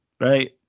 right